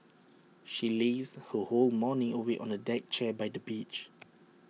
she lazed her whole morning away on A deck chair by the beach